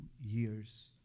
years